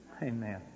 Amen